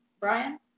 Brian